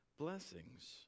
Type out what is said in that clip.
Blessings